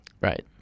Right